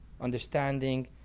understanding